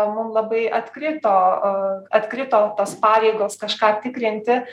mum labai atkrito atkrito tos pareigos kažką tikrinti